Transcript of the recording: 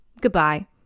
Goodbye